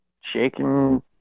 shaking